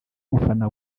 mufana